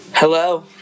Hello